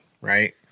Right